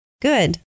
Good